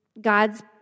God's